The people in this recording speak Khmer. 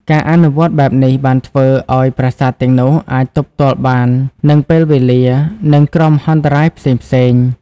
ការអនុវត្តបែបនេះបានធ្វើឲ្យប្រាសាទទាំងនោះអាចទប់ទល់បាននឹងពេលវេលានិងគ្រោះមហន្តរាយផ្សេងៗ។